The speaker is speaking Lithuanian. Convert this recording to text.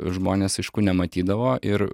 žmonės aišku nematydavo ir